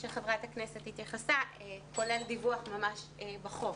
שחברת הנכנסת התייחסה, כולל דיווח ממש בחוק.